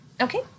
Okay